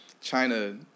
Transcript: China